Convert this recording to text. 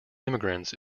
immigrants